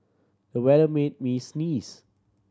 the weather made me sneeze